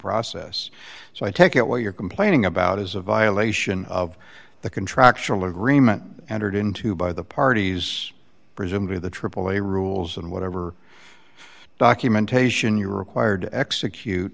process so i take it what you're complaining about is a violation of the contractual agreement entered into by the parties presumably the aaa rules and whatever documentation you're required to execute